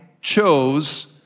chose